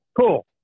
Cool